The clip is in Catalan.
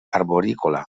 arborícola